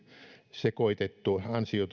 sekoitettu ansiotulon verotus ja sitten kiky